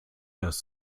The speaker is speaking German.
das